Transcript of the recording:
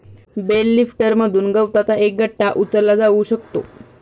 bell लिफ्टरमधून गवताचा एक गठ्ठा उचलला जाऊ शकतो